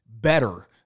better